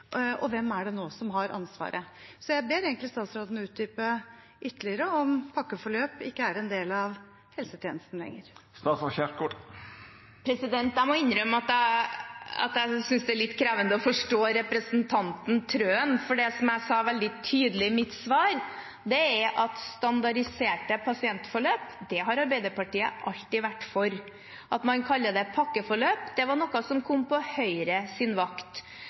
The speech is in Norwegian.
og hvem det er som har ansvaret. Så jeg ber egentlig statsråden utdype ytterligere om pakkeforløp ikke er en del av helsetjenesten lenger. Jeg må innrømme at jeg synes det er litt krevende å forstå representanten Trøen, for det jeg sa veldig tydelig i mitt svar, er at standardiserte pasientforløp har Arbeiderpartiet alltid vært for. At man kaller det pakkeforløp, var noe som kom på Høyres vakt.